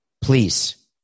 Please